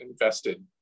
invested